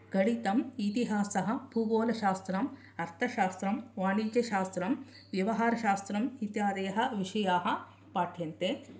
गणितम् इतिहासः भूगोलशास्त्रम् अर्थशास्त्रं वाणिज्यशास्त्रं व्यवहारशास्त्रं इत्यादयः विषयाः पाठ्यन्ते